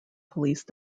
police